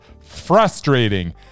frustrating